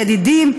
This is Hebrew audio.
ידידים,